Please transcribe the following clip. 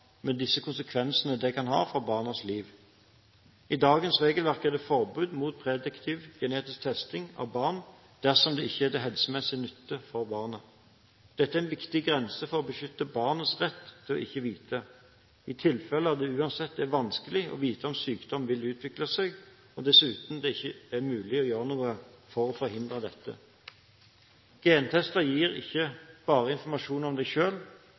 med de konsekvenser dette kan ha for barnas liv. I dagens regelverk er det forbud mot prediktiv genetisk testing av barn dersom det ikke er til helsemessig nytte for barnet. Dette er en viktig grense for å beskytte barnets rett til ikke å vite i tilfeller der det uansett er vanskelig å vite om sykdom vil utvikle seg, og det dessuten ikke er mulig å gjøre noe for å forhindre dette. Gentester gir ikke bare informasjon om